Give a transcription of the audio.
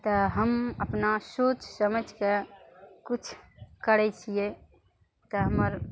तऽ हम अपना सोच समैझ कऽ किछु करै छियै तऽ हमर